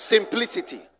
Simplicity